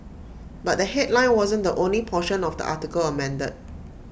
but the headline wasn't the only portion of the article amended